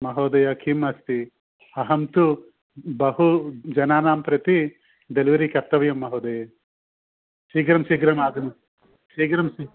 महोदय किम् अस्ति अहं तु बहु जनानां प्रति डेलिवरी कर्तव्यं महोदये शिघ्रं शिघ्रं आग शिघ्रम् शि